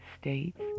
States